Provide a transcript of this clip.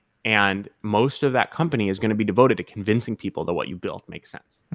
and most of that company is going to be devoted to convincing people that what you built makes sense.